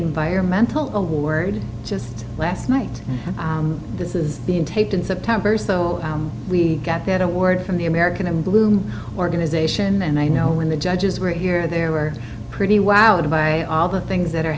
environmental award just last night and this is being taped in september so we got that word from the american i'm bloom organization and i know in the judges were here there were pretty wowed by all the things that are